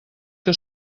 que